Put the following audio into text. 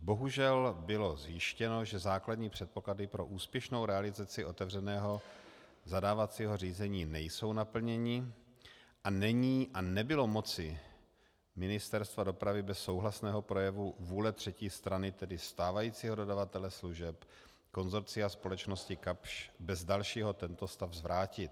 Bohužel bylo zjištěno, že základní předpoklady pro úspěšnou realizaci otevřeného zadávacího řízení nejsou naplněny a není a nebylo v moci Ministerstva dopravy bez souhlasného projevu vůle třetí strany, tedy stávajícího dodavatele služeb, konsorcia společnosti Kapsch, bez dalšího tento stav zvrátit.